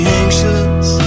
anxious